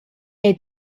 era